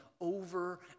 over